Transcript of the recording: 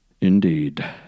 Indeed